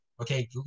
Okay